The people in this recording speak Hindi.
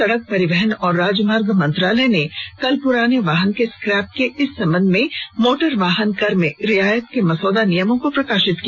सड़क परिवहन और राजमार्ग मंत्रालय ने कल पुराने वाहन के स्क्रैप के इस संबंध में मोटर वाहन कर में रियायत के मसौदा नियमों को प्रकाशित किया